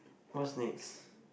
what's next